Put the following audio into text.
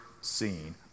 seen